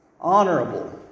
honorable